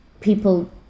people